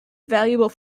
valuable